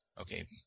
Okay